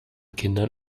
kindern